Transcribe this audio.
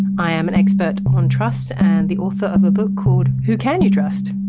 i am an expert on trust and the author of a book called who can you trust?